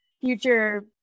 future